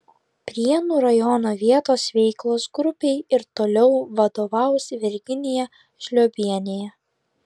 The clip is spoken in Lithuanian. prienų rajono vietos veiklos grupei ir toliau vadovaus virginija žliobienė